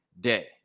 day